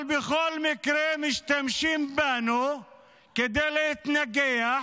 אבל בכל מקרה משתמשים בנו כדי להתנגח,